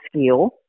skill